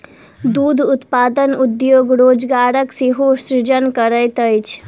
दूध उत्पादन उद्योग रोजगारक सेहो सृजन करैत अछि